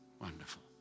wonderful